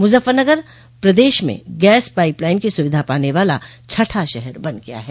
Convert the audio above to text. मुजफ्फरनगर प्रदेश में gas pipeline की सुविधा पाने वाला छठा शहर बन गया है